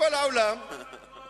בכל מקום הם עושים טבח.